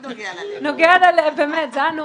נוגע ללב, זה היה נורא.